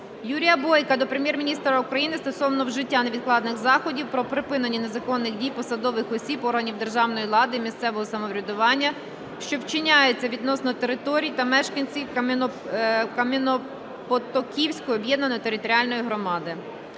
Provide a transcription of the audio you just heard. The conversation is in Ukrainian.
Юрія Бойка до Прем'єр-міністра України стосовно вжиття невідкладних заходів по припиненню незаконних дій посадових осіб органів державної влади і місцевого самоврядування, що вчиняються відносно територій та мешканців Кам'янопотоківської об'єднаної територіальної громади.